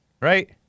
right